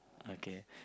okay